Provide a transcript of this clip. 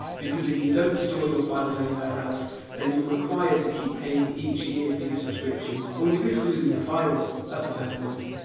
because if you don't store your files anywhere else then you're required to keep paying each year for your subscription or you risk losing your files, that's a fair point.